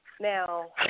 Now